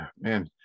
man